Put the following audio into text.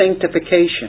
sanctification